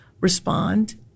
respond